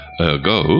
ergo